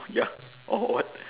ya or what